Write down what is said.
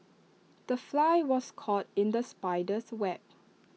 the fly was caught in the spider's web